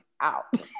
out